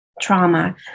trauma